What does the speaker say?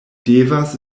devas